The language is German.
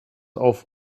auf